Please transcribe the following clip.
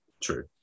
True